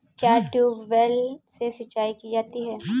क्या ट्यूबवेल से सिंचाई की जाती है?